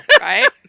right